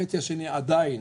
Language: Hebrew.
החצי השני עדיין